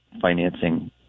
financing